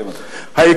תסכם, אדוני.